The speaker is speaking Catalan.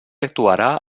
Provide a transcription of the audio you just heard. actuarà